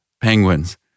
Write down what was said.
penguins